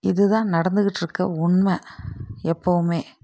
இது தான் நடந்துகிட்டுருக்க உண்மை எப்போவுமே